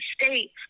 states